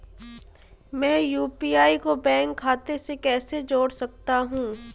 मैं यू.पी.आई को बैंक खाते से कैसे जोड़ सकता हूँ?